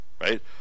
Right